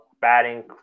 batting